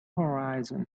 horizon